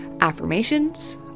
affirmations